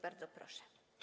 Bardzo proszę.